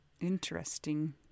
Interesting